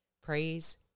Praise